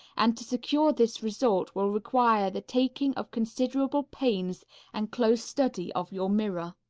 and to secure this result will require the taking of considerable pains and close study of your mirror.